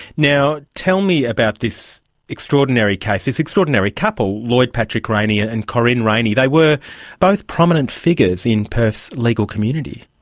now, tell me about this extraordinary case. this extraordinary couple, lloyd patrick rayney and and corryn rayney, they were both prominent figures in perth's legal community.